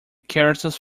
characters